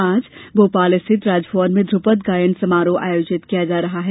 आज भोपाल स्थित राजभवन में ध्रपद गायन समारोह आयोजित किया जा रहा है